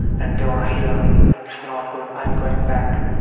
and they are here, it's not good. i am going back.